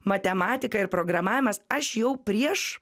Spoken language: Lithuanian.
matematika ir programavimas aš jau prieš